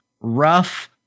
rough